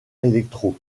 electro